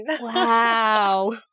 Wow